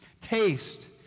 taste